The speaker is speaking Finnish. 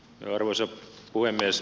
arvoisa puhemies